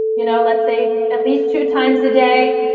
you know let's say at least two times a day.